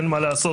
אין מה לעשות,